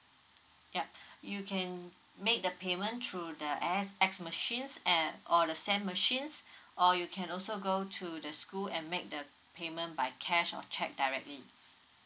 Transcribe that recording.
yup you can make the payment through the A_X_S machines and or the S_A_M machines or you can also go to the school and make the payment by cash or cheque directly